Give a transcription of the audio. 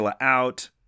out